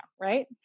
right